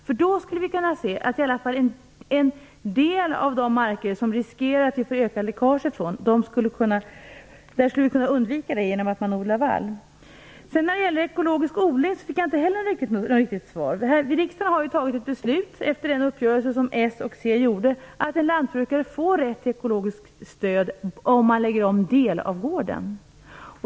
Detta skulle vi kunna undvika, i alla fall på en del av de marker där risken för ökade läckage finns, genom att odla vall. Inte heller när det gäller ekologisk odling fick jag ett riktigt svar. Riksdagen har ju tagit beslut efter den uppgörelse som Socialdemokraterna och Centern har träffat. En lantbrukare får alltså rätt till ekologiskt stöd om han lägger om en del av gården.